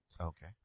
Okay